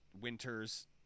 winters